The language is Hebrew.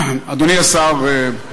אדוני השר,